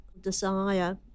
desire